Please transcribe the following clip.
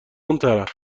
اونطرف